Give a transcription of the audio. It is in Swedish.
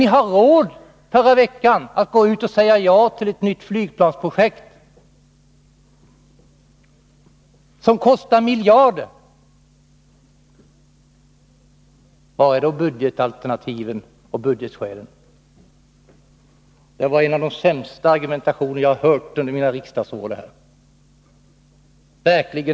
Men ni hade förra veckan råd att begära medel till ett nytt flygplansprojekt som kostar miljarder. Var fanns då budgetalternativen och budgetskälen? Denna argumentation var en av de sämsta som jag har hört under mina riksdagsår.